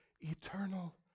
eternal